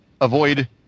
avoid